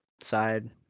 side